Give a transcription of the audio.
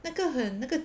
那个很那个